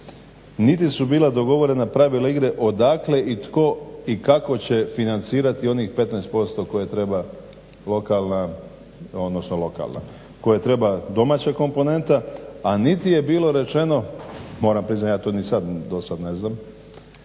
niti su bila dogovorena pravila igre odakle i tko i kako će financirati onih 15% koje treba lokalna, odnosno lokalna koje treba domaća komponenta, a niti je bilo rečeno, moram priznati ja to ni sad do sad ne znam,